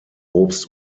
obst